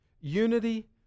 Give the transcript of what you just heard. unity